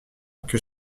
que